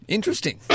Interesting